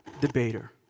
debater